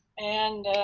and